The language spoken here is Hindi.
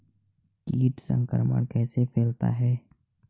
कीट संक्रमण कैसे फैलता है?